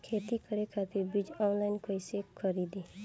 खेती करे खातिर बीज ऑनलाइन कइसे खरीदी?